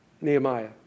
Nehemiah